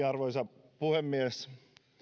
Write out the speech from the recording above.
arvoisa puhemies